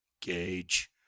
Gage